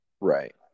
Right